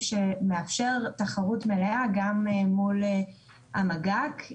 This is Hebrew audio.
שמאפשר תחרות מלאה גם מול המרכז לגביית קנוסת.